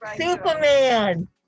Superman